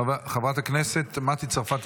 חבר הכנסת רון כץ,